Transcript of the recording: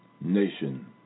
nation